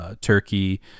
Turkey